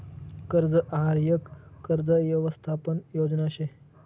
कर्ज आहार यक कर्ज यवसथापन योजना शे